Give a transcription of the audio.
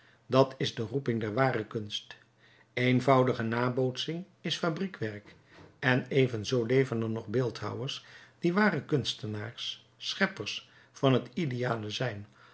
dat is de roeping der ware kunst eenvoudige nabootsing is fabriekwerk en evenzoo leven er nog beeldhouwers die ware kunstenaars scheppers van het ideale zijn